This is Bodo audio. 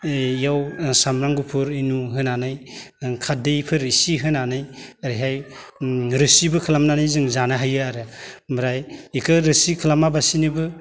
बेयाव सामब्राम गुफुर होनानै खारदैफोर इसे होनानै ओरैहाय रोसिबो खालामनानै जों जानो हायो आरो ओमफ्राय बेखौ रोसि खालामालासिनोबो